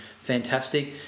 fantastic